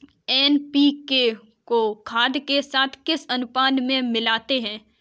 NPK को खाद के साथ किस अनुपात में मिलाते हैं?